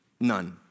None